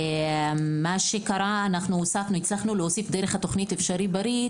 אנחנו הצלחנו להוסיף דרך התכנית "אפשרי בריא"